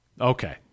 Okay